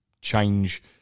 change